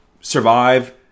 survive